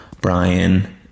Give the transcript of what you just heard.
Brian